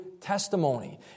testimony